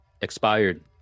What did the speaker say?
expired